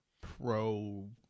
pro